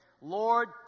Lord